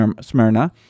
Smyrna